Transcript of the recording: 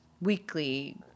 weekly